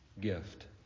gift